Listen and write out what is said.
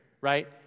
right